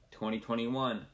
2021